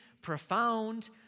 profound